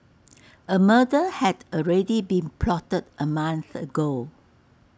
A murder had already been plotted A month ago